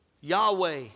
Yahweh